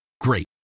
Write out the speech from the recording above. Great